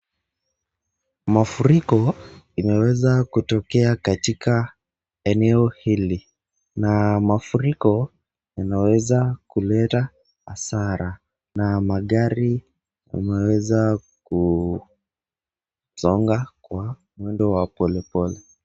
Mafuriko imeweza kutokea katika eneo hili na mafuriko yanaweza kuleta hasara, na magari yameweza kusonga kwa mwendo wa polepole.